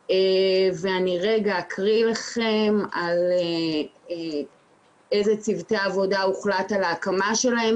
לצערנו, כפי שכבר דנו בדיון הקודם,